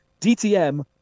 dtm